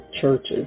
churches